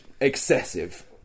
excessive